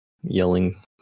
yelling